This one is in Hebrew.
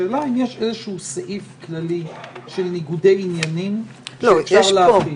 השאלה אם יש סעיף כללי של ניגודי עניינים שאפשר להפעיל?